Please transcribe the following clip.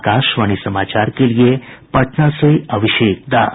आकाशवाणी समाचार के लिए पटना से अभिषेक दास